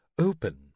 open